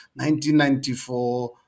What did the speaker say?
1994